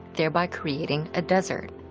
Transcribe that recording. thereby creating a desert.